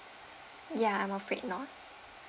ya I'm afraid not